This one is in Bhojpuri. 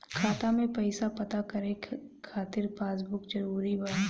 खाता में पईसा पता करे के खातिर पासबुक जरूरी बा?